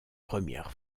première